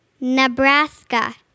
Nebraska